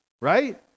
right